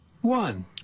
one